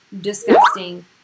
disgusting